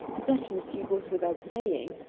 that, monsieur, goes without saying!